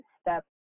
step